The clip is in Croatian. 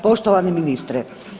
Poštovani ministre.